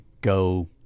go